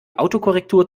autokorrektur